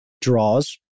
draws